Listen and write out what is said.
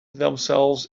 themselves